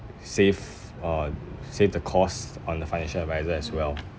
save on save the cost on the financial adviser as well